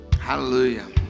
Hallelujah